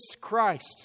Christ